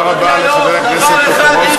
תקראו את התקציב,